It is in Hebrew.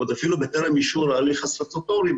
אפילו בטרם אישור ההליך הסטטוטורי,